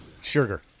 Sugar